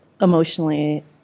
emotionally